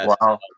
Wow